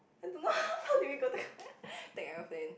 I don't know how did we go take aeroplane